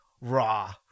raw